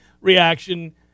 reaction